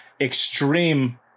extreme